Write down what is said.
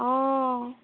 অঁ